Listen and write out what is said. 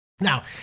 Now